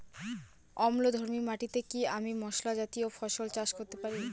অম্লধর্মী মাটিতে কি আমি মশলা জাতীয় ফসল চাষ করতে পারি?